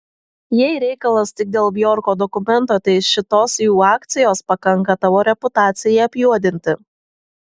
jei reikalas tik dėl bjorko dokumento tai šitos jų akcijos pakanka tavo reputacijai apjuodinti